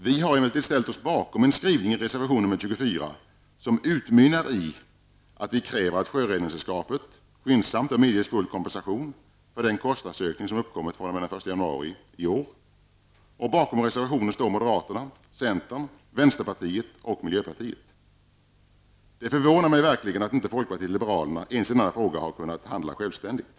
Vi har emellertid ställt oss bakom en skrivning i reservation 24 som utmynnar i att vi kräver att Sjöräddningssällskapet skyndsamt medges full kompensation för den kostnadsökning som uppkommit från den 1 januari i år. Bakom reservationen står moderaterna, centern, vänsterpartiet och miljöpartiet. Det förvånar mig verkligen att inte folkpartiet liberalerna ens i denna fråga kunnat handla självständigt.